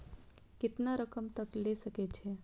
केतना रकम तक ले सके छै?